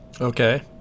Okay